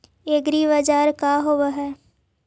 एग्रीबाजार का होव हइ?